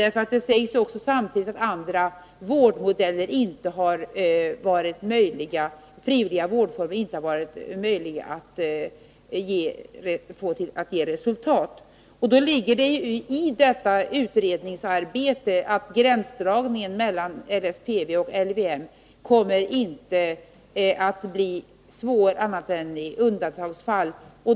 Samtidigt kräver lagen också att det inte har varit möjligt att nå resultat med frivilliga vårdmodeller. Den gränsdragning mellan LSPV och LVM som skall göras i utredningsarbetet kommer därför inte att bli svår annat än i undantagsfall.